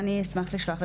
אני אשמח לשלוח.